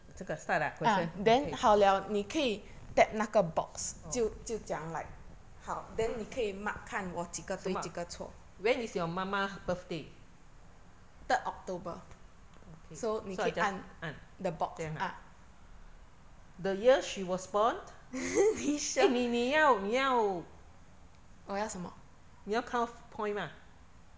这个 start ah question okay oh mark when is your 妈妈 birthday okay so I just 按这边啊 the year she was born eh 你要你要你要 count point mah